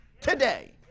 today